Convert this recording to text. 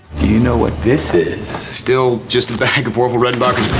do you know what this is? still just a bag of orville redenbacher's,